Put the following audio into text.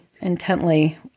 intently